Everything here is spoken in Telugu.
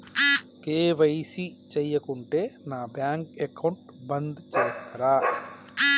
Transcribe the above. కే.వై.సీ చేయకుంటే నా బ్యాంక్ అకౌంట్ బంద్ చేస్తరా?